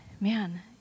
man